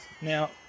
now